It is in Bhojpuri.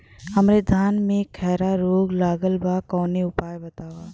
हमरे धान में खैरा रोग लगल बा कवनो उपाय बतावा?